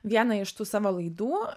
vieną iš tų savo laidų